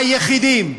היחידים.